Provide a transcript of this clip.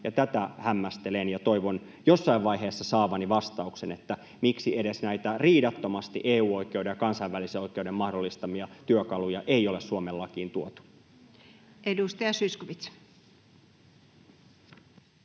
tätä hämmästelen ja toivon jossain vaiheessa saavani vastauksen siihen, miksi edes näitä riidattomasti EU-oikeuden ja kansainvälisen oikeuden mahdollistamia työkaluja ei ole Suomen lakiin tuotu. [Speech